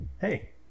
Hey